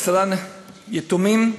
עשרה יתומים,